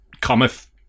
cometh